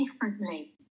differently